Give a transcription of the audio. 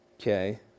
Okay